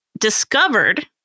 discovered